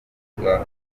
kuvuga